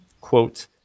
quote